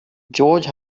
george